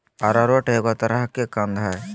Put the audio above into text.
arrowroot एगो तरह के कंद हइ